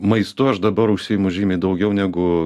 maistu aš dabar užsiimu žymiai daugiau negu